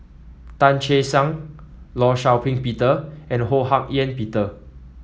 Tan Che Sang Law Shau Ping Peter and Ho Hak Ean Peter